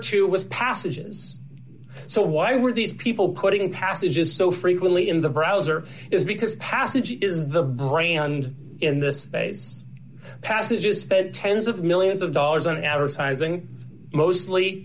two was passages so why were these people putting passages so frequently in the browser is because passage is the brain and in this passage is spent tens of millions of dollars on advertising mostly